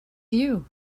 you